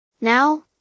Now